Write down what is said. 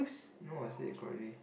no I said it correctly